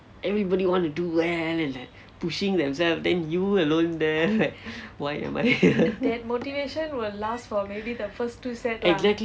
everybody want to do well and pushing themselves then you alone there like why am I here exactly